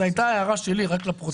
זאת הייתה הערה שלי, רק לפרוטוקול.